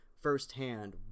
firsthand